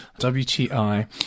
WTI